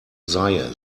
sei